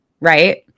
Right